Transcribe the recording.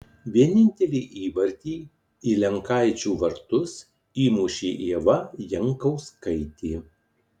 vienintelį įvartį į lenkaičių vartus įmušė ieva jankauskaitė